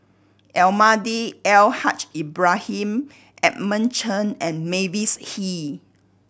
Almahdi Al Haj Ibrahim Edmund Chen and Mavis Hee